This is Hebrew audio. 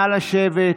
נא לשבת.